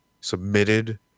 submitted